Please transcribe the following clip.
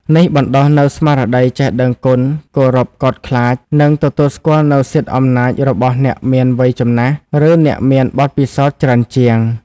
នេះបណ្តុះនូវស្មារតីចេះដឹងគុណ គោរពកោតខ្លាច និងទទួលស្គាល់នូវសិទ្ធិអំណាចរបស់អ្នកមានវ័យចំណាស់ ឬអ្នកមានបទពិសោធន៍ច្រើនជាង។